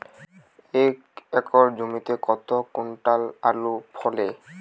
এক একর জমিতে কত কুইন্টাল আলু ফলে?